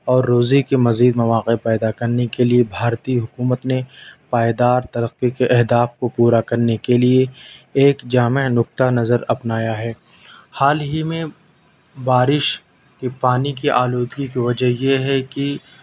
اور روزی کی مزید مواقع پیدا کرنے کے لئے بھارتی حکومت نے پائیدار ترقی کے اہداف کو پورا کرنے کے لئے ایک جامع نقطہ نظر اپنایا ہے حال ہی میں بارش کے پانی کی آلودگی کی وجہ یہ ہے کہ